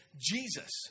Jesus